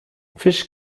fisch